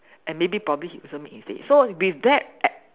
and maybe probably it also made his day so with that a~